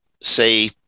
say